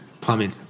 Plumbing